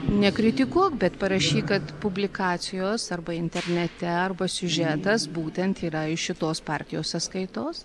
nekritikuok bet parašyk kad publikacijos arba internete arba siužetas būtent yra iš šitos partijos sąskaitos